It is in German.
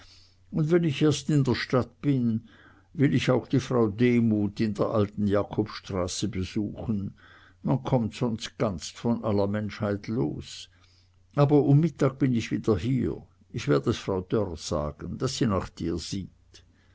und wenn ich erst in der stadt bin will ich auch die frau demuth in der alten jakobstraße besuchen man kommt sonst ganz von aller menschheit los aber um mittag bin ich wieder hier ich werd es frau dörr sagen daß sie nach dir sieht